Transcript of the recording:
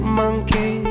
monkey